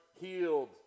healed